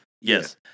Yes